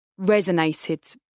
resonated